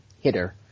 hitter